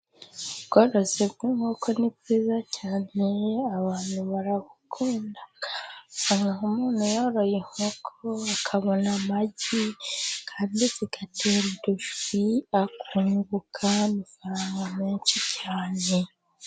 Ubworozi bw'inkoko ni bwiza cyane , abantu barabukunda. Rebank'umuntu yoroye inkoko akabona amagi, kandi zikagira udushwi akunguka amafaranga menshi cyane.